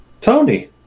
Tony